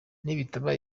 nibitaba